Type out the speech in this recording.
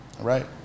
right